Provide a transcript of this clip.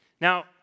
Now